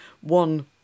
one